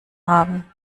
haben